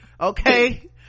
okay